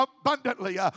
abundantly